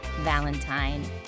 Valentine